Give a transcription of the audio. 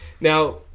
now